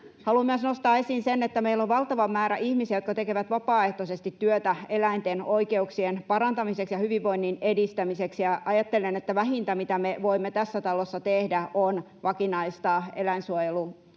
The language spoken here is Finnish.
Haluan myös nostaa esiin sen, että meillä on valtava määrä ihmisiä, jotka tekevät vapaaehtoisesti työtä eläinten oikeuksien parantamiseksi ja hyvinvoinnin edistämiseksi, ja ajattelen, että vähintä, mitä me voimme tässä talossa tehdä, on vakinaistaa eläinsuojeluvaltuutetun